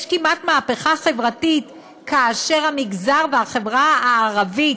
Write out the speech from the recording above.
יש כמעט מהפכה חברתית כאשר המגזר והחברה הערבית